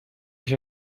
się